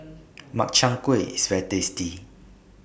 Makchang Gui IS very tasty